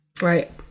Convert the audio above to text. Right